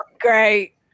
great